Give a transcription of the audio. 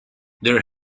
there